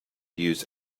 use